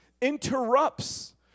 interrupts